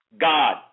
God